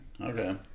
Okay